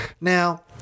Now